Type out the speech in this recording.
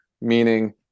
meaning